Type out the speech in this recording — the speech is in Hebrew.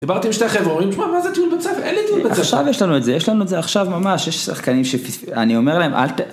דיברתי עם שתי חברה, אומרים, שמע, מה זה טיול בית ספר? אין לי טיול בית ספר. עכשיו יש לנו את זה, יש לנו את זה עכשיו ממש, יש שחקנים שאני אומר להם, אל ת...